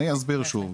אני אסביר שוב,